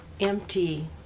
empty